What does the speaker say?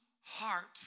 heart